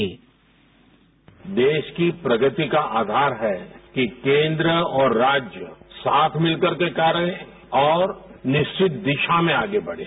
sound bite देश की प्रगति का आधार है कि केंद्र और राज्य साथ मिल करके कार्य करें और निश्चित दिशा में आगे बढ़े